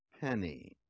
penny